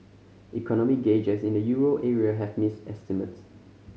economic gauges in the euro area have missed estimates